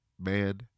man